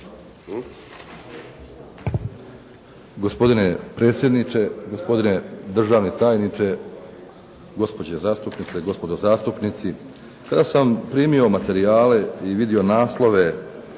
Gospodine predsjedniče, gospodine državni tajniče, gospođe zastupnice, gospodo zastupnici. Kada sam primio materijale i vidio naslove